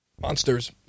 Monsters